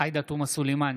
עאידה תומא סלימאן,